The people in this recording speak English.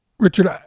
Richard